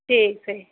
ठीक छै